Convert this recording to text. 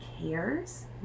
cares